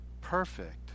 perfect